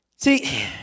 See